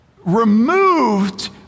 removed